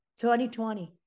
2020